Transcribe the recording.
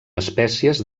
espècies